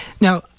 Now